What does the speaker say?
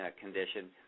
condition